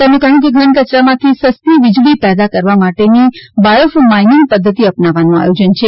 તેમણે કહ્યું કે ઘન કચરામાંથી સસ્તી વીજળી પેદા કરવા માટેની બાયોફ માઇનીંગ પદ્વતિ અપનાવવાનું આયોજન છે